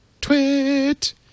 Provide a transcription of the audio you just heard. twit